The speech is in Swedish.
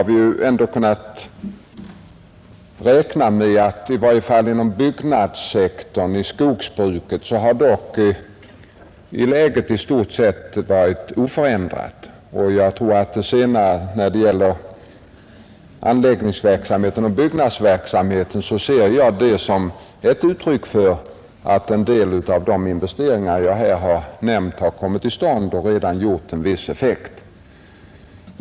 Vi kan räkna med att läget i varje fall inom byggnadssektorn och i skogsbruket i stort sett varit oförändrat, och när det gäller anläggningsverksamheten och byggnadsverksamheten ser jag det som ett uttryck för att en del av de investeringar som jag här nämnt har kommit till stånd och redan givit en viss effekt.